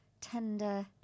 tender